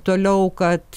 toliau kad